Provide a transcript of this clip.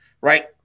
Right